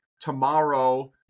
tomorrow